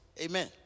Amen